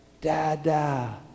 Dada